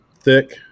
thick